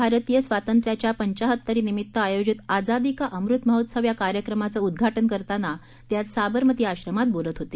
भारतीय स्वातंत्र्याच्या पंचाहत्तरीनिमित्त आयोजित आजादी का अमृत महोत्सव या कार्यक्रमाचं उद्घाटन करताना ते आज साबरमती आश्रमात बोलत होते